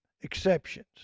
exceptions